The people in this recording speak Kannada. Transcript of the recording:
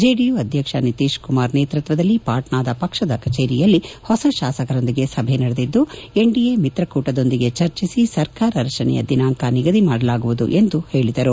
ಜೆಡಿಯು ಅಧ್ಯಕ್ಷ ನಿತೀಶ್ಕುಮಾರ್ ನೇತೃತ್ವದಲ್ಲಿ ಪಾಟ್ನಾದ ಪಕ್ಷದ ಕಚೇರಿಯಲ್ಲಿ ಹೊಸ ಶಾಸಕರೊಂದಿಗೆ ಸಭೆ ನಡೆದಿದ್ದು ಎನ್ಡಿಎ ಮಿತ್ರಕೂಟದೊಂದಿಗೆ ಚರ್ಚಿಸಿ ಸರ್ಕಾರ ರಚನೆಯ ದಿನಾಂಕ ನಿಗದಿ ಮಾಡಲಾಗುವುದು ಎಂದು ಪೇಳಿದರು